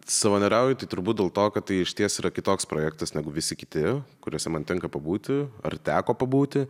savanoriauju tai turbūt dėl to kad tai išties yra kitoks projektas negu visi kiti kuriuose man tenka pabūti ar teko pabūti